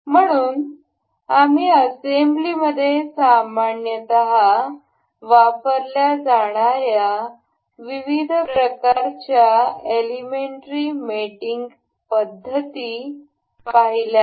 म्हणून आम्ही असेंब्लीमध्ये सामान्यतः वापरल्या जाणार्या विविध प्रकारच्या एलिमेंट्री मेटिंग पद्धती पाहिल्या आहेत